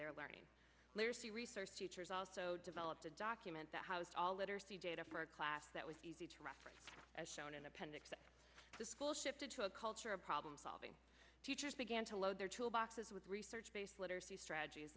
their learning literacy research teachers also develop a document that house all literacy data for a class that was easy to reference as shown in appendix that the school shifted to a culture of problem solving teachers began to load their tool boxes with research based literacy strategies